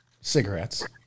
cigarettes